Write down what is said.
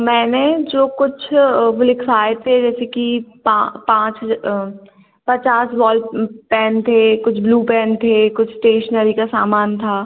मैंने जो कुछ लिखवाए थे जैसे कि पाँच पचास वॉल पेन थे कुछ ब्लू पेन थे कुछ टेशनरी का सामान था